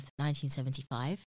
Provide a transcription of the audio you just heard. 1975